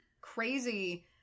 crazy